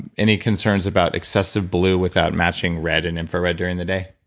any concerns about excessive blue without matching red and infrared during the day?